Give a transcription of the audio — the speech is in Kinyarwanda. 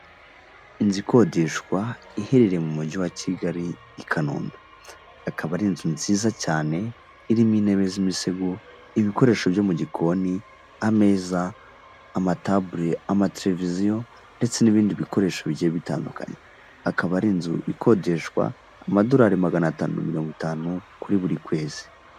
Inzu ikodeshwa iherereye mu mujyi wa Kigali i Kanombe ikaba ari inzu nziza cyane irimo intebe z'imisego ibikoresho byo mu gikoni ameza amatabule, amateleviziyo, ndetse n'ibindi bikoresho bigiye bitandukanye akaba ari inzu ikodeshwa amadorari magana atanu mirongo itanu kuri buri kwezi.